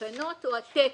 התקנות או התקן.